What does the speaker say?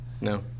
No